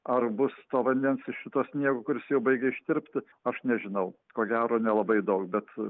ar bus to vandens iš šito sniego kuris jau baigia ištirpti aš nežinau ko gero nelabai daug bet